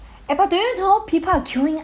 eh but do you know people are queuing